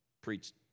preached